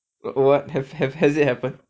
what have have has it happenned